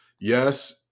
yes